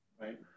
right